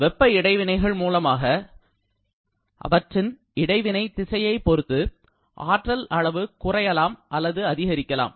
வெப்ப இடைவினைகள் மூலமாக அவற்றின் இடைவினை திசையை பொறுத்து ஆற்றல் அளவு குறையலாம் அல்லது அதிகரிக்கலாம்